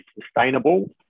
sustainable